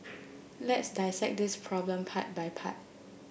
let's dissect this problem part by part